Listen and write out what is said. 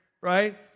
right